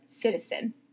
citizen